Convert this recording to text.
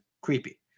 creepy